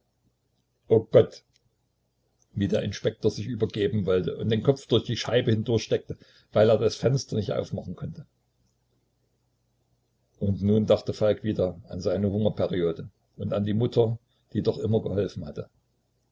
o gott wie der inspektor sich übergeben wollte und den kopf durch die scheibe hindurchsteckte weil er das fenster nicht aufmachen konnte und nun dachte falk wieder an seine hungerperiode und an die mutter die doch immer geholfen hatte